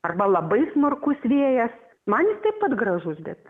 arba labai smarkus vėjas man jis taip pat gražus bet